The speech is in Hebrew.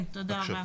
תודה רבה